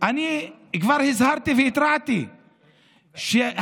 אני כבר הזהרתי והתרעתי שהשב"ס